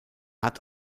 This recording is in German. hat